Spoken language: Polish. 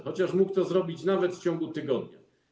Chociaż mógł to zrobić nawet w ciągu tygodnia.